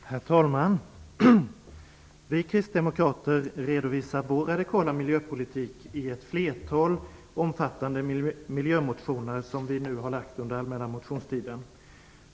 Herr talman! Vi kristdemokrater redovisar vår radikala miljöpolitik i ett flertal omfattande miljömotioner som vi har väckt under den allmänna motionstiden.